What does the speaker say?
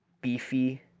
beefy